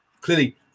clearly